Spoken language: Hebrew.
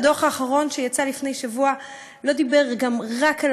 הדוח האחרון שיצא לפני שבוע לא דיבר רק על